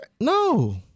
No